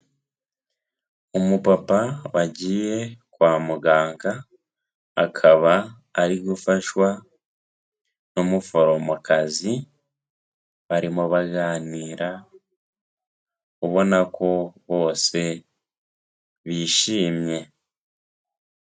Umupapa wagiye kwa muganga, akaba ari gufashwa n'umuforomokazi, barimo baganira, ubona ko bose bishimye.